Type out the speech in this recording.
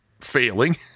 failing